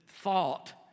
Thought